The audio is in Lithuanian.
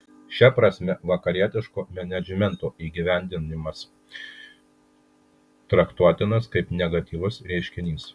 šia prasme vakarietiško menedžmento įgyvendinimas traktuotinas kaip negatyvus reiškinys